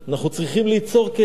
אנחנו צריכים ליצור כלים.